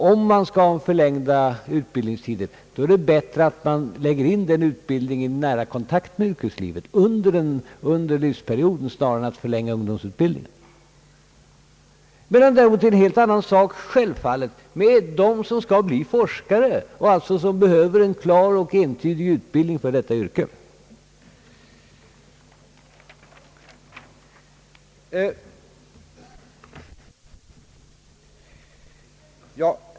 Om man skall ha förlängda utbildningstider är det bättre att lägga in den utbildningen i nära kontakt med yrkeslivet och under den yrkesverksamma perioden hellre än genom att förlänga ungdomsutbildningen. Det är däremot självfallet en helt annan sak när det gäller dem som skall bli forskare och som alltså behöver en klar och entydig utbildning för detta yrke.